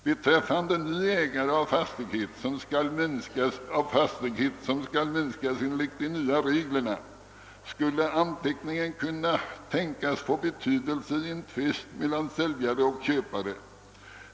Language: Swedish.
Beträffande ny ägare av fastighet, som skall minskas enligt de nya reglerna, skulle anteckningen kunna tänkas få betydelse i en tvist mellan säljare och köpare.